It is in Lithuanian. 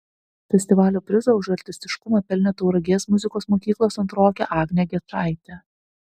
festivalio prizą už artistiškumą pelnė tauragės muzikos mokyklos antrokė agnė gečaitė